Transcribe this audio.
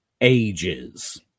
ages